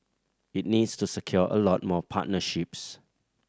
it needs to secure a lot more partnerships